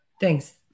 Thanks